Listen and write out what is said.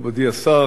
מכובדי השר,